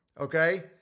okay